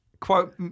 Quote